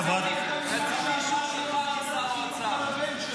חברת --- אני מקווה ששמעת את מה שאמר יו"ר ועדת חינוך על הבן שלו.